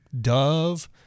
dove